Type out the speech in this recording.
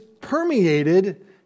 permeated